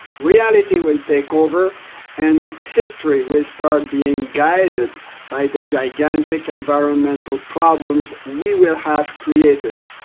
reality will take over and history will start being guided by the gigantic environmental problems we will have created.